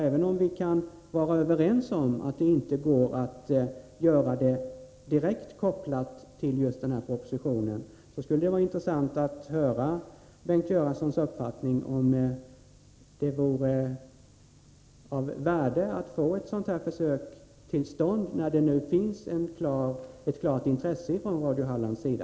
Även om vi kan vara överens om att det inte går att göra detta med direktkoppling till vad som föreslås i propositionen, skulle det vara intressant att höra Bengt Göranssons uppfattning om det vore av värde att få ett försök till stånd, när det nu finns ett klart intresse från Radio Hallands sida.